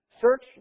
search